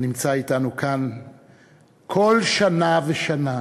הנמצא אתנו כאן כל שנה ושנה